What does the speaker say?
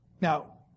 Now